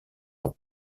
pour